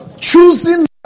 choosing